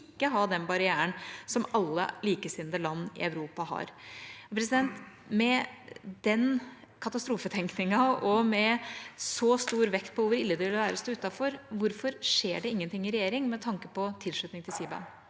ikke ha den barrieren som alle likesinnede land i Europa har.» Med den katastrofetenkningen og med så stor vekt på hvor ille det ville være å stå utenfor: Hvorfor skjer det ingenting i regjering med tanke på tilslutning til CBAM?